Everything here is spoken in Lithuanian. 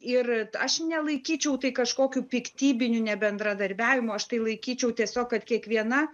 ir aš nelaikyčiau tai kažkokiu piktybiniu nebendradarbiavimu aš tai laikyčiau tiesiog kad kiekviena